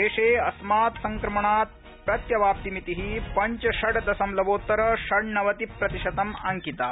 देशे अस्मात् संक्रणात् प्रत्यवाप्निमिति पंच षड् दशमलवोत्तर षण्णवति प्रतिशतम् अंकिता